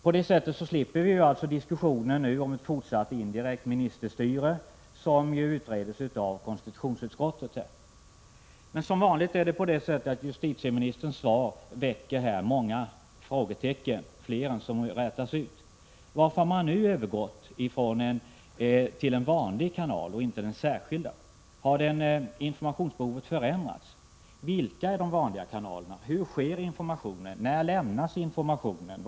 På det sättet slipper vi nu diskussioner om ett fortsatt indirekt ministerstyre — en fråga som ju utreds av konstitutionsutskottet. Men som vanligt ger justitieministerns svar upphov till många frågetecken — det blir fler än dem som rätas ut. Varför har man nu övergått till en vanlig kanal i stället för den särskilda kanalen? Har informationsbehovet förändrats? Vilka är de vanliga kanalerna? Hur sker informationen? När lämnas informationen?